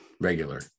regular